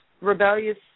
rebellious